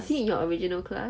is he in your original class